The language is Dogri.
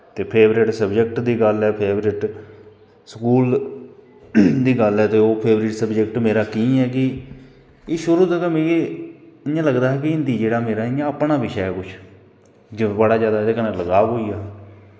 ते फेवरट सब्जैक्ट दी गल्ल ऐ फेवरट स्कूल दी गल्ल ऐ ते ओह् फेवरट सब्जैक्ट मेरा की ऐ कि एह् शुरू दा गै मिगी इ'यां लगदा हा कि हिन्दी जेह्ड़ा मेरा अपना बिशे ऐ कुछ बड़ा ज्यादा एह्दे कन्नै लगाव होई गेआ